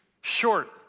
short